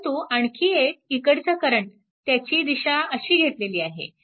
परंतु आणखी एक इकडचा करंट त्याची दिशा अशी घेतलेली आहे